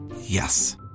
Yes